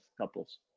couples